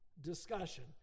discussion